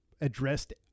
addressed